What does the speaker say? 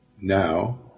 now